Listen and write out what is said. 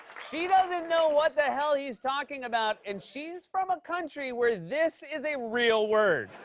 she doesn't know what the hell he's talking about and she's from a country where this is a real word.